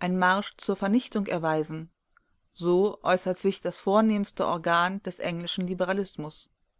ein marsch zur vernichtung erweisen so äußert sich das vornehmste organ des englischen liberalismus